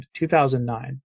2009